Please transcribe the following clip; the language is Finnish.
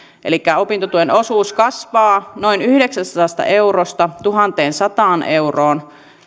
opintotuen osuus kasvaa noin yhdeksästäsadasta eurosta tuhanteensataan euroon